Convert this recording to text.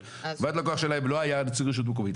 בחוויית לקוח שלהם לא היה נציג רשות מקומית,